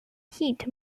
heat